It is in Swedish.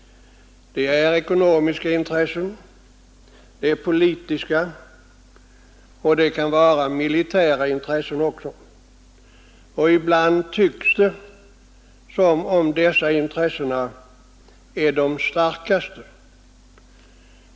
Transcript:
Det är ekonomiska intressen, det är politiska intressen och det kan vara militära intressen, och ibland tycks det som om dessa intressen är de starkaste.